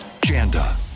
Janda